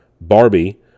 Barbie